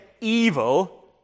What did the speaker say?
evil